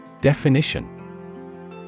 Definition